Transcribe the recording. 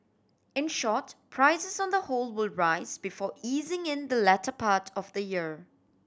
in short prices on the whole will rise before easing in the latter part of the year